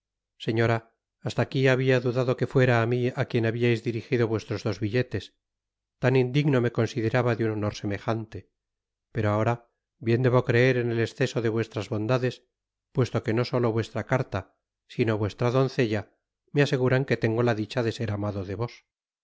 señora hasta aqui habia dudado que fuera á mi á quien habiais dirigido vuestros dos billetes tan indigno me consideraba de un honor semejante pero abora bien debo creer en el esceso de vuestras bondades puesto que no solo vuestra carta sino vuestra doncella me aseguran que tengo la dicha de ser amado de vos